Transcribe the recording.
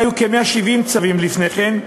היו כ-170 צווים לפני כן,